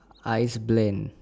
ice blend